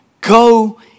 Go